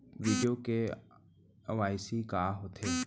video KYC का होथे